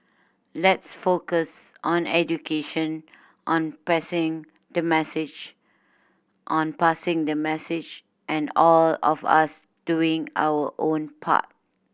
let's focus on education on passing the message on passing the message and all of us doing our own part